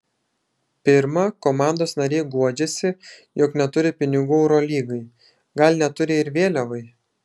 pirma komandos nariai guodžiasi jog neturi pinigų eurolygai gal neturi ir vėliavai